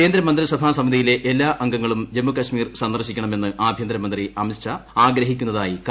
കേന്ദ്രമന്ത്രിസഭാ സമിതിയിലെ എല്ലാ അംഗങ്ങളും ജമ്മുകൾമീർ സന്ദർശിക്കണമെന്ന് ആഭ്യന്തര മന്ത്രി അമിത് ഷാ ആഗ്രഹിക്കുന്നതായി കത്തിൽ പറയുന്നു